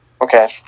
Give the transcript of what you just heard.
Okay